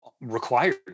required